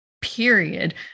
period